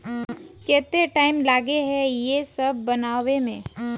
केते टाइम लगे है ये सब बनावे में?